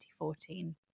2014